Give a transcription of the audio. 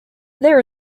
there